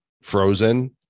Frozen